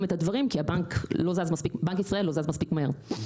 את הדברים כי בנק ישראל לא זז מספיק מהר.